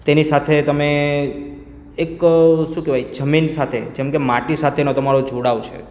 તેની સાથે તમે એક શું કહેવાય જમીન સાથે જેમકે માટી સાથેનો તમારો જોડાવ છે